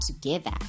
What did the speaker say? together